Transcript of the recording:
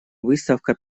выставка